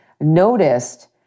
noticed